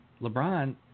LeBron